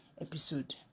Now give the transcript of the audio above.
episode